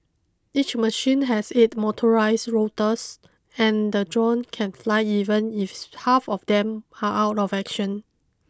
each machine has eight motorised rotors and the drone can fly even if half of them are out of action